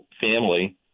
family